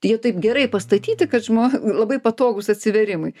jie taip gerai pastatyti kad žmo labai patogūs atsivėrimui